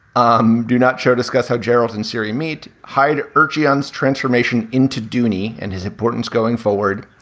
um do not show. discuss how geraldton's siri meet heida urchins transformation into duni and his importance going forward.